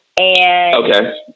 Okay